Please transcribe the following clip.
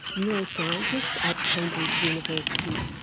neuroscientist at cambridge university,